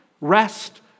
Rest